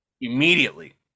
Immediately